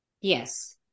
yes